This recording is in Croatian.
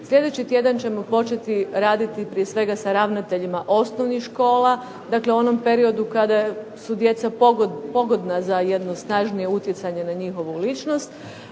Sljedeći tjedan ćemo početi raditi prije svega sa ravnateljima osnovnih škola. Dakle, u onom periodu kada su djeca pogodna za jedno snažnije utjecanje na njihovu ličnost,